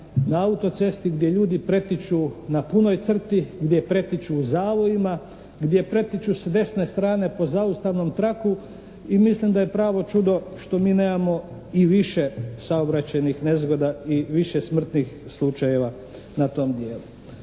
na autocesti gdje ljudi pretiču na punoj crti, gdje pretiču u zavojima, gdje pretiču s desne strane po zaustavnom traku i mislim da je pravo čudo što mi nemamo i više saobraćajnih nezgoda i više smrtnih slučajeva na tom dijelu.